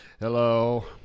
hello